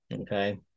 Okay